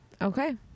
Okay